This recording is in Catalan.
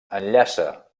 enllaça